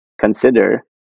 consider